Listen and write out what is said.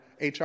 HR